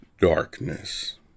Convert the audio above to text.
Darkness